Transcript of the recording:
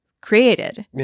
created